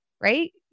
Right